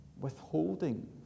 withholding